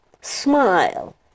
Smile